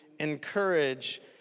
Encourage